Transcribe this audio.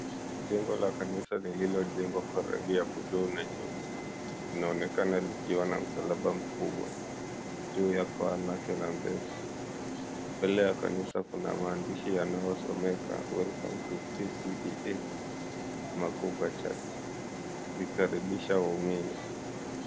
Jengo la kanisa lililojengwa kwa rangi ya buluu na nyeupe. Linaonekana likiwa na msalaba mkubwa, juu ya paa lake la mbele. Mbele ya kanisa kuna maandishi yanayosomeka Welcome to PCEA Makupa Church, ikikaribisha waumini.